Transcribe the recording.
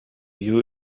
you